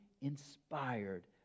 inspired